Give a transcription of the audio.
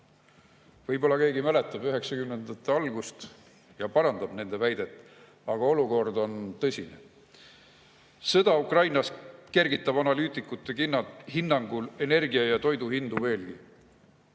Võib-olla keegi mäletab üheksakümnendate algust ja parandab nende väidet. Aga olukord on tõsine. Sõda Ukrainas kergitab analüütikute hinnangul energia ja toidu hindu veelgi.